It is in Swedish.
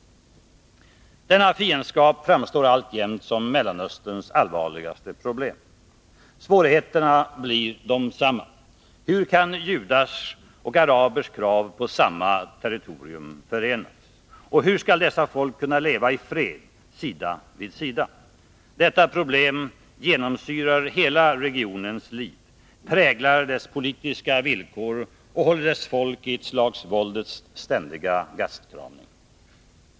Denna fiendskap framstår alltjämt som Mellanösterns allvarligaste problem. Svårigheterna blir desamma. Hur kan judars och arabers krav på samma territorium förenas, och hur skall dessa folk kunna leva i fred sida vid sida? Detta problem genomsyrar hela regionens liv, präglar dess politiska villkor och håller dess folk i ett slags våldets ständiga gastkramning.